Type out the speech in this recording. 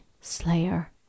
Slayer